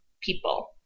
people